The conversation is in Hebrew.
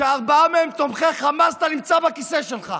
שארבעה מהם תומכי חמאס, אתה נמצא בכיסא שלך.